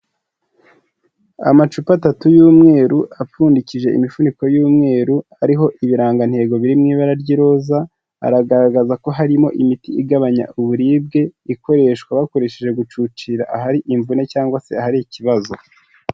Amacupa atatu y'umweru apfundikije imifuniko y'umweru, ariho ibirangantego biri mu ibara ry'iroza, aragaragaza ko harimo imiti igabanya uburibwe, ikoreshwa hakoresheje gucucira ahari imvune cyangwa se ahari ikibazo.